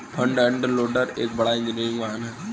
front end loader एक बड़ा engineering वाहन है